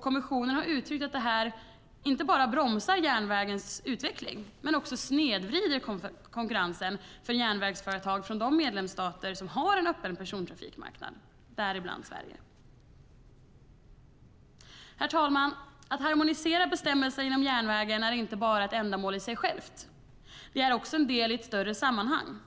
Kommissionen har uttryckt att detta inte bara bromsar järnvägens utveckling utan också snedvrider konkurrensen för järnvägsföretag från de medlemsstater som har en öppen persontrafikmarknad - däribland Sverige. Herr talman! Att harmonisera bestämmelserna inom järnvägen är inte bara ett ändamål i sig självt. Det är också en del i ett större sammanhang.